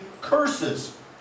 curses